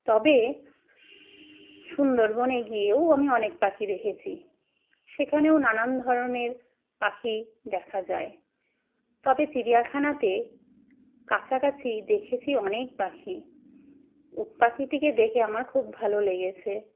তবে সুন্দরবনে গিয়েও আমি অনেক পাখি দেখেছি সেখানেও নানান ধরনের পাখি দেখা যায় তবে চিড়িয়াখানাতে কাছাকাছি দেখেছি অনেক পাখি উটপাখিটিকে দেখে আমার খুব ভালো লেগেছে